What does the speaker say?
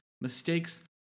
mistakes